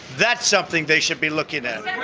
that's something they should be looking at